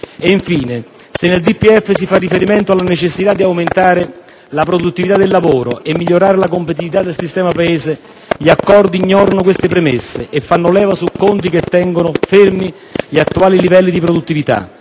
Infine, se nel DPEF si fa riferimento alla necessità di aumentare la produttività del lavoro e migliorare la competitività del sistema Paese, gli accordi ignorano queste premesse e fanno leva su conti che tengono fermi gli attuali livelli di produttività.